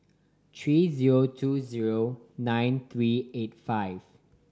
three zero two zero nine three eight five